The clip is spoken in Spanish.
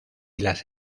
las